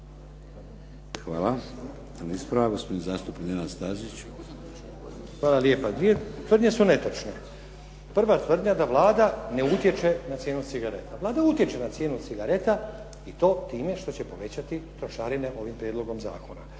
Jedan ispravak, gospodin zastupnik Nenad Stazić. **Stazić, Nenad (SDP)** Hvala lijepa. Dvije tvrdnje su netočne. Prva tvrdnja da Vlada ne utječe na cijenu cigareta. Vlada utječe na cijenu cigareta i to time što će povećati trošarine ovim prijedlogom zakona.